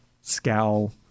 scowl